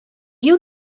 you